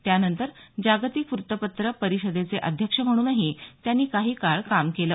त्यानंतर जागतिक वृत्तपत्र परिषदेचे अध्यक्ष म्हणूनही त्यांनी काही काळ काम केले